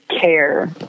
care